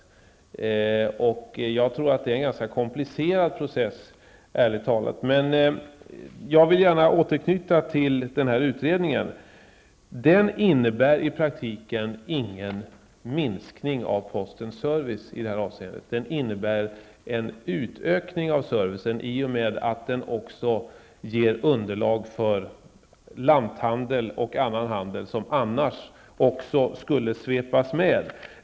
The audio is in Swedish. Jag tror ärligt talat att det är en ganska komplicerad process. Men jag vill gärna återknyta till utredningen. Den innebär i praktiken ingen minskning av postens service i det här avseendet. Den innebär en utökning av servicen i och med att den också ger underlag för lanthandel och annan handel som annars också skulle kunna svepas med.